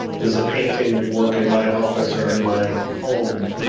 does a painting work in my office or in my home?